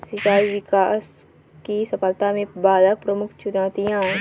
सिंचाई विकास की सफलता में बाधक प्रमुख चुनौतियाँ है